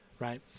Right